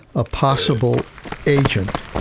a possible agent.